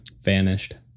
vanished